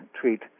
treat